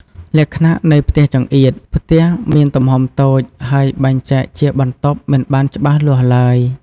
លក្ខណៈនៃ "ផ្ទះចង្អៀត"ផ្ទះមានទំហំតូច ហើយបែងចែកជាបន្ទប់មិនបានច្បាស់លាស់ឡើយ។